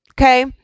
okay